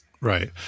Right